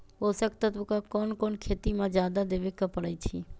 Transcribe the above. पोषक तत्व क कौन कौन खेती म जादा देवे क परईछी?